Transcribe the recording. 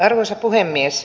arvoisa puhemies